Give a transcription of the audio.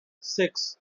six